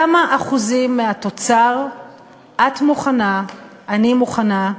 כמה אחוזים מהתוצר את מוכנה, אני מוכנה,